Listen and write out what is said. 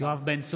(קורא בשם חבר הכנסת) יואב בן צור,